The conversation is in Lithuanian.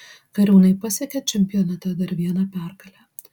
kariūnai pasiekė čempionate dar vieną pergalę